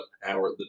Howard